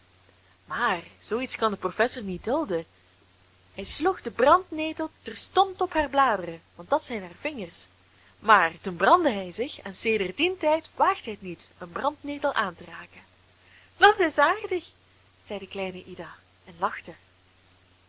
maar zoo iets kan de professor niet dulden hij sloeg de brandnetel terstond op haar bladeren want dat zijn haar vingers maar toen brandde hij zich en sedert dien tijd waagt hij het niet een brandnetel aan te raken dat is aardig zei de kleine ida en lachte